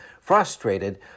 Frustrated